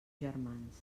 germans